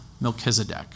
Melchizedek